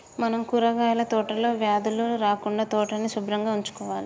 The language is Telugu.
మనం కూరగాయల తోటలో వ్యాధులు రాకుండా తోటని సుభ్రంగా ఉంచుకోవాలి